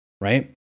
right